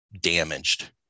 damaged